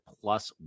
plus